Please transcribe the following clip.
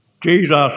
Jesus